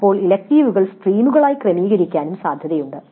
അപ്പോൾ ഇലക്ടീവുകൾ സ്ട്രീമുകളായി ക്രമീകരിക്കാനും സാധ്യതയുണ്ട്